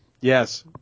Yes